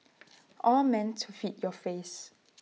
all meant to feed your face